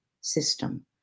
system